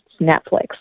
Netflix